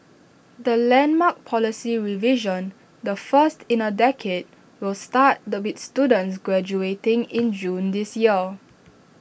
the landmark policy revision the first in A decade will start the with students graduating in June this year